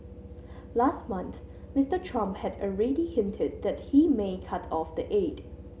last month Mister Trump had already hinted that he may cut off the aid